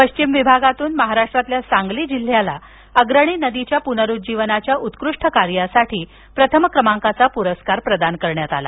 पश्चिम विभागातून महाराष्ट्रातील सांगली जिल्ह्याला अग्रणी नदीच्या पुनरूज्जीवनाच्या उत्कृष्ट कार्यासाठी प्रथम क्रमांकाचा पुरस्कार प्रदान करण्यातआला